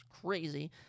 crazy